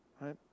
Right